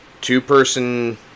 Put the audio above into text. two-person